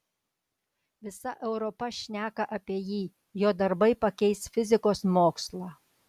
visa europa šneka apie jį jo darbai pakeis fizikos mokslą